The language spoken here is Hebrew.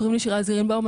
קוראים לי שירז גרינבאום,